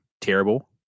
terrible